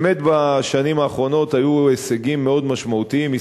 באמת בשנים האחרונות היו הישגים מאוד משמעותיים.